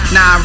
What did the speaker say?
Now